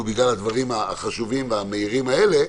בגלל הדברים החשובים והמהירים האלה,